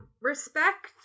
respect